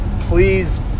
please